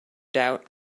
doubt